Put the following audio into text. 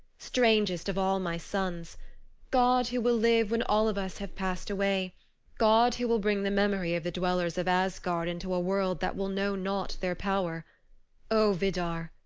strangest of all my sons god who will live when all of us have passed away god who will bring the memory of the dwellers of asgard into a world that will know not their power o vidar,